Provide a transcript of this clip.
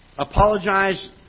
apologize